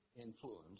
influence